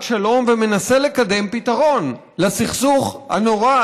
שלום ומנסה לקדם פתרון לסכסוך הנורא,